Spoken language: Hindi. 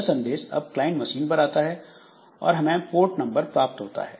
यह संदेश अब क्लाइंट मशीन पर आता है और हमें पोर्ट नंबर प्राप्त होता है